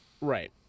right